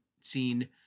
seen